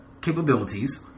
capabilities